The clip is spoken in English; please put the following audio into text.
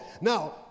Now